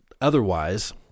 otherwise